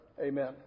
Amen